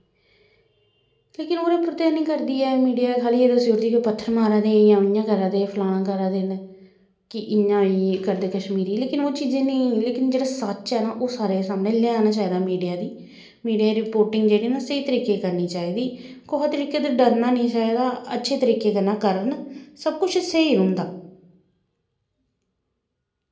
लेकिन ओह्दे उप्पर ते ध्यान निं करदी ऐ मीडिया खा'ल्ली एह् दस्सी ओड़दी ऐ कि ओह् पत्थर मारा दे इ'यां करा दे फलानां करा दे न कि इ'यां ई करदे कश्मीरी लेकिन ओह् चीजां निं लेकिन जेह्ड़ा सच्च ऐ ना ओह् सारें दे सामनै लेआना चाहिदा मीडिया गी मीडिया ई रिपोर्टिंग जेह्ड़ी ना स्हेई तरीके दी करनी चाहिदी कुसै तरीके दे डरना निं चाहिदा अच्छे तरीके कन्नै करन सब कुछ स्हेई रौहंदा